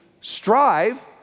strive